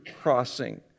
crossing